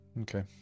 Okay